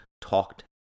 talked